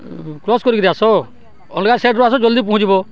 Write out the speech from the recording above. cross କରିକିରି ଆସ ଅଲଗା ସାଇଟରୁ ଆସ ଜଲ୍ଦି ପହଞ୍ଚିବ